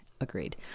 Agreed